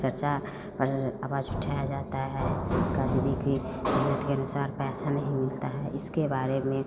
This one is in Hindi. चर्चा पर आवाज उठाया जाता है सबका के अनुसार पैसा नहीं मिलता है इसके बारे में